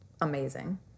amazing